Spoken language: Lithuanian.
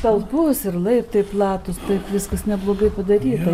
keltuvas ir laiptai platūs taip viskas neblogai padaryta